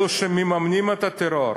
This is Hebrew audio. אלו שמממנים את הטרור,